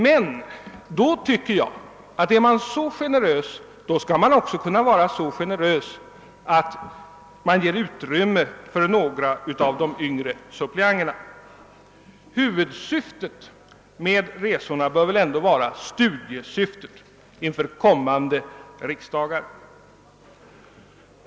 Men jag tycker att om man är så generös, skall man också kunna ge utrymme för några av de yngre suppleanterna. Huvudsyftet med resorna bör väl ändå vara studiesyftet inför kommande riksdagar.